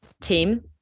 team